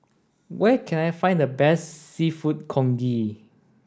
where can I find the best Seafood Congee